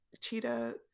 cheetah